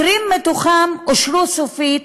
20 מתוכם אושרו סופית,